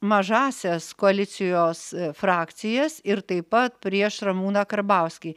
mažąsias koalicijos frakcijas ir taip pat prieš ramūną karbauskį